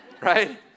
right